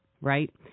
right